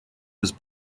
was